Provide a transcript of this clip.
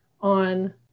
on